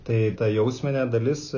tai ta jausminė dalis